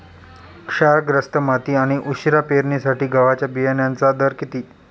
क्षारग्रस्त माती आणि उशिरा पेरणीसाठी गव्हाच्या बियाण्यांचा दर किती?